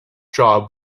job